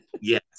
yes